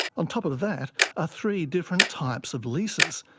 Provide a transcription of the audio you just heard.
on top of that are three different types of leases,